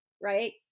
right